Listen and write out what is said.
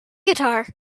guitar